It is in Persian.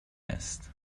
است